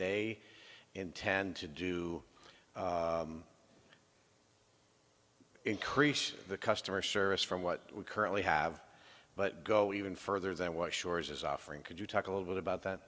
they intend to do increase the customer service from what we currently have but go even further than what shores is offering could you talk a little bit about that